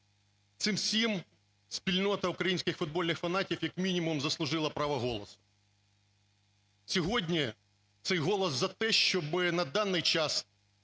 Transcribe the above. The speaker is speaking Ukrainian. Цим всім спільнота українських футбольних фанатів як мінімум заслужила право голосу. Сьогодні цей голос за те, щоб на даний час